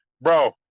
bro